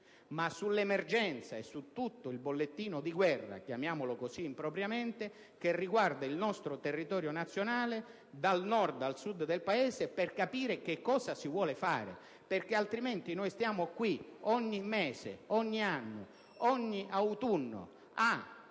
ma sull'emergenza e su tutto il bollettino di guerra - chiamiamolo così, impropriamente -che riguarda il nostro territorio nazionale, dal Nord al Sud, per capire che cosa si vuole fare. Altrimenti, stiamo qui ogni mese, ogni anno, ogni autunno a